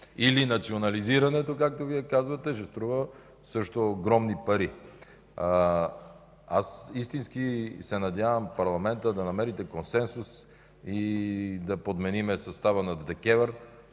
или национализирането, както Вие казвате, ще струва също огромни пари. Аз истински се надявам в парламента да намерите консенсус и да подменим състава на Държавната